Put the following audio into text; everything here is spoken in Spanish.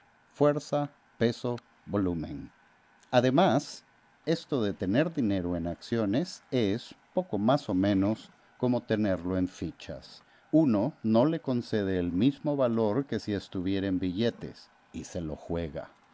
fuerza peso volumen además esto de tener el dinero en acciones es poco más o menos como tenerlo en fichas uno no le concede el mismo valor que si estuviera en billetes y se lo juega